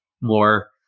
more